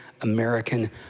American